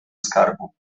skarbu